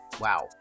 wow